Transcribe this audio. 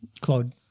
Claude